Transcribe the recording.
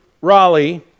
Raleigh